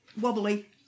wobbly